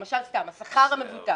למשל, השכר המבוטח